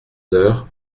heures